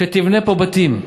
שתבנה פה בתים.